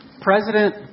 President